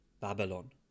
Babylon